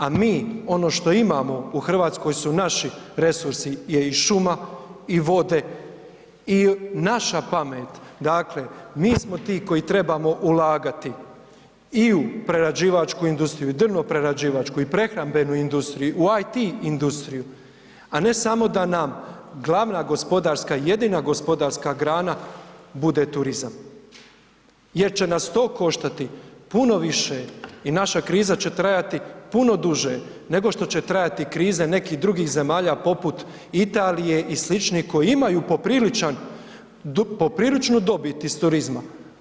A mi ono što imamo u Hrvatskoj su naši resursi je i šuma i vode i naša pamet, dakle mi smo ti koji trebamo ulagati i u prerađivačku industriju i u drvoprerađivačku i prehrambenu industriju i u IT industriju, a ne samo da nam glavna gospodarska i jedina gospodarska grana bude turizam jer će nas to koštati puno više i naša kriza će trajati puno duže nego što će trajati krize nekih drugih zemalja poput Italije i sličnih koje imaju popriličnu dobit iz turizma.